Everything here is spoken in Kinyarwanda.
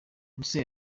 ese